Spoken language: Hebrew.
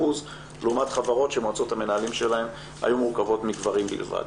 לעומת חברות שמועצות המנהלים שלהן היו מורכבות מגברים בלבד.